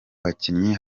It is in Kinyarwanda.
bakinnyi